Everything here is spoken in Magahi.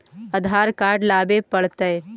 आधार कार्ड लाबे पड़तै?